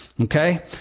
Okay